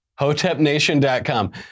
hotepnation.com